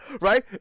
Right